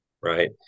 right